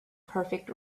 perfect